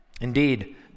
Indeed